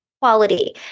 quality